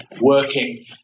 working